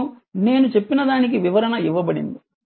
మరియు నేను చెప్పిన దానికి వివరణ ఇవ్వబడింది